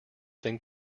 then